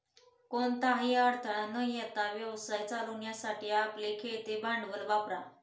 कोणताही अडथळा न येता व्यवसाय चालवण्यासाठी आपले खेळते भांडवल वापरा